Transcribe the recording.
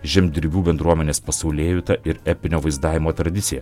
žemdirbių bendruomenės pasaulėjautą ir epinio vaizdavimo tradiciją